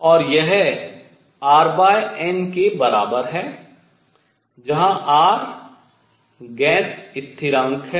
और यह R N के बराबर है जहां R गैस स्थिरांक है